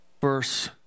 Verse